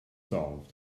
solved